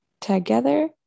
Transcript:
together